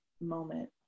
moment